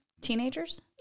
Teenagers